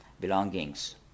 belongings